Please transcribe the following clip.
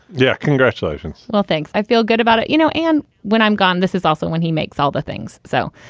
yeah. congratulations well, thanks. i feel good about it. you know, and when i'm gone, this is also when he makes all the things, so.